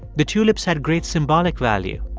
the tulips had great symbolic value.